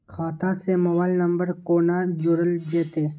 खाता से mobile number कोना जोरल जेते?